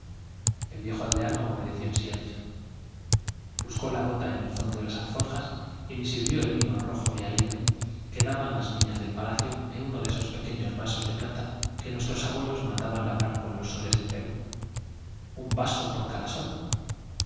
el viejo aldeano obedeció en silencio buscó la bota en el fondo de las alforjas y me sirvió el vino rojo y alegre que daban las viñas del palacio en uno de esos pequeños vasos de plata que nuestros abuelos man daban labrar los soles del perú i un vaso por con cada sol